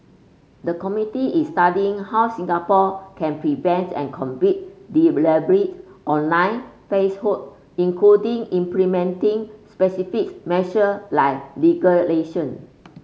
the committee is studying how Singapore can prevent and combat deliberate online falsehood including implementing specifics measure like legal